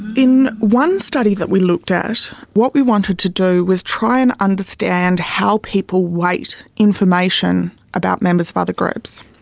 in one study that we looked at, what we wanted to do was try and understand how people weight information about members of other groups.